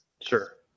Sure